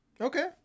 Okay